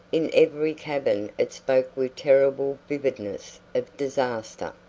in every cabin it spoke with terrible vividness of disaster.